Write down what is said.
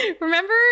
Remember